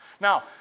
Now